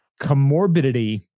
Comorbidity